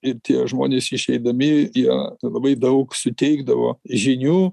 ir tie žmonės išeidami jie labai daug suteikdavo žinių